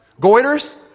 Goiters